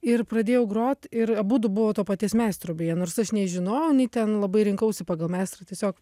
ir pradėjau grot ir abudu buvo to paties meistro beje nors aš nei žinojau nei ten labai rinkausi pagal meistrą tiesiog